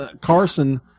Carson